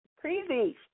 crazy